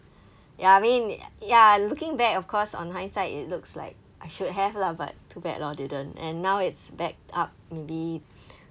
ya I mean y~ ya looking back of course on hindsight it looks like I should have lah but too bad lor didn't and now it's backed up maybe